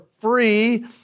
free